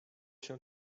się